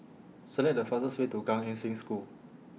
Select The fastest Way to Gan Eng Seng School